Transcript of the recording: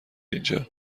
اینجا